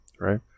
right